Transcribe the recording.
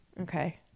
okay